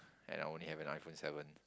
I now only have an iPhone seven